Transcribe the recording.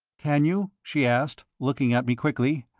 can you? she asked, looking at me quickly.